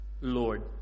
Lord